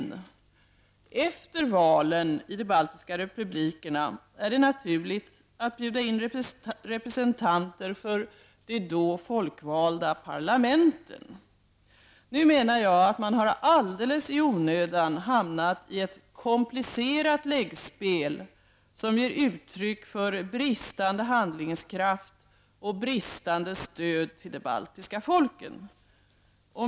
Efter valen i de baltiska republikerna är det naturligt att bjuda in representanter för de folkvalda parlamenten. Nu har man, menar jag, alldeles i onödan hamnat i ett komplicerat läggspel, som ger uttryck för bristande handlingskraft och bristande stöd till de baltiska folken.